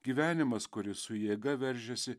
gyvenimas kuris su jėga veržiasi